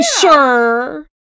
Sure